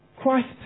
Christ